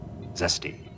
zesty